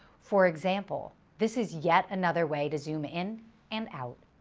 for example, this is yet another way to zoom in and out.